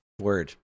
Word